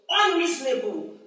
unreasonable